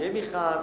ויהיה מכרז,